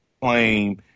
claim